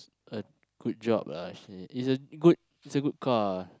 a good job lah actually it's a good civic car